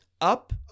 up